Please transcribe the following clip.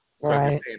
right